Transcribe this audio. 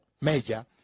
major